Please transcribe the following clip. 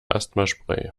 asthmaspray